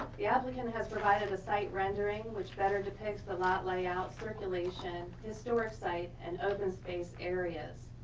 the applicant has provided a site rendering which better depicts the lot layout, circulation, historic site and open space areas.